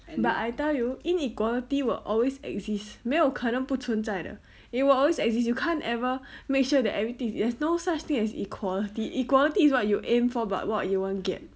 but I tell you inequality will always exist 没有可能不存在的 it will always exist you can't ever make sure that everything there's no such thing as equality equality is what you aim for but what you won't get